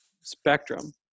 spectrum